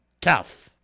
tough